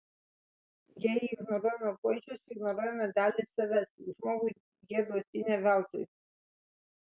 jei ignoruojame pojūčius ignoruojame dalį savęs juk žmogui jie duoti ne veltui